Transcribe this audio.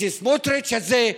סמוטריץ' הזה,